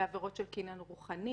או למשל בעבירות של קניין רוחני,